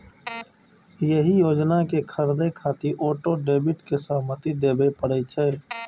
एहि योजना कें खरीदै खातिर ऑटो डेबिट के सहमति देबय पड़ै छै